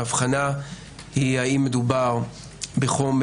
ההבחנה היא האם מדובר בחומר,